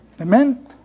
Amen